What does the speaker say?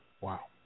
Wow